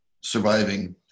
surviving